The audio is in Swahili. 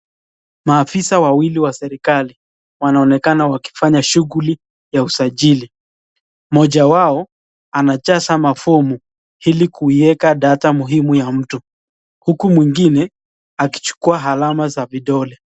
Maafisa wawili wa serikali wanaonekana wakifanya shughuli ya usajili. Mmoja wao anajaza mafomu, ili kuieka data muhimu ya mtu, huku mwingine akichukua alama za vidole.